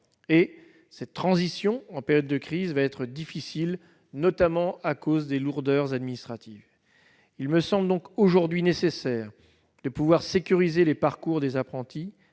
cette transition va être difficile, notamment à cause des lourdeurs administratives. Il me semble donc aujourd'hui nécessaire de sécuriser les parcours des apprentis,